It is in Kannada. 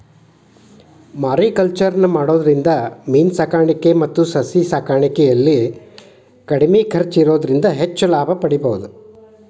ಮಾರಿಕಲ್ಚರ್ ನ ಮಾಡೋದ್ರಿಂದ ಮೇನ ಸಾಕಾಣಿಕೆ ಮತ್ತ ಸಸಿ ಸಾಕಾಣಿಕೆಯಲ್ಲಿ ಕಡಿಮೆ ಖರ್ಚ್ ಇರೋದ್ರಿಂದ ಹೆಚ್ಚ್ ಲಾಭ ಪಡೇಬೋದು